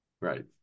Right